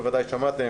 בוודאי שמעתם,